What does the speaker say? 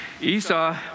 Esau